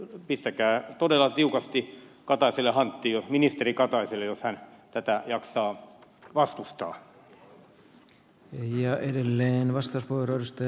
pistäkää todella tiukasti ministeri kataiselle hanttiin jos hän tätä jaksaa vastustaa